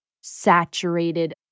saturated